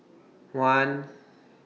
one